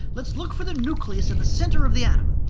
let's look for the nucleus in the center of the atom.